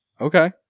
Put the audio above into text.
Okay